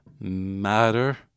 matter